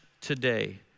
today